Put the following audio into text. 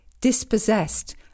dispossessed